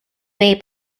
bay